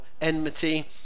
enmity